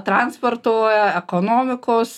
transporto ekonomikos